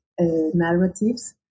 narratives